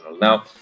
Now